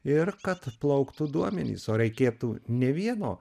ir kad plauktų duomenys o reikėtų ne vieno